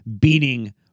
beating